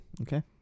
Okay